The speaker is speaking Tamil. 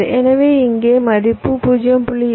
எனவே இங்கே மதிப்பு 0